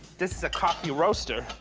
this is a coffee roaster.